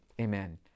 Amen